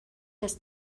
das